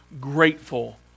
grateful